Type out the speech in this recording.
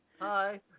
Hi